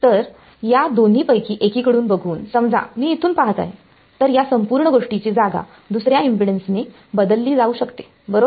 तर या दोन्ही पैकी एकीकडून बघून समजा मी इथून पाहत आहे तर या संपूर्ण गोष्टीची जागा दुसर्या इम्पेडन्स ने बदलली जाऊ शकते बरोबर